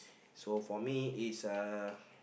so for me is uh